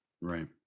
Right